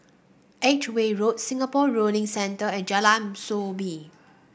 Edgeware Road Singapore Rowing Centre and Jalan Soo Bee